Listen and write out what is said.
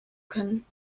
können